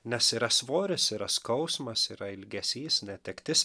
nes yra svoris yra skausmas yra ilgesys netektis